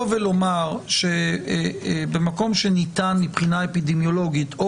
ולומר שבמקום שניתן מבחינה אפידמיולוגית,